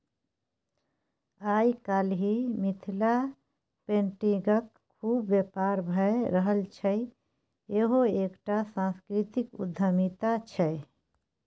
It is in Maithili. आय काल्हि मिथिला पेटिंगक खुब बेपार भए रहल छै इहो एकटा सांस्कृतिक उद्यमिता छै